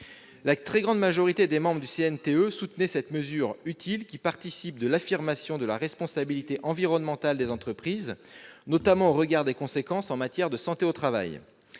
La très grande majorité des membres du CNTE a soutenu cette mesure utile, qui participe de l'affirmation de la responsabilité environnementale des entreprises, notamment au regard de la santé au travail.